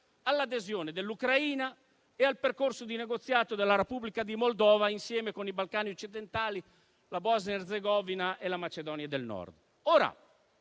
all'adesione dell'Ucraina e al percorso di negoziato della Repubblica di Moldova insieme con i Balcani occidentali, la Bosnia Erzegovina e la Macedonia del Nord.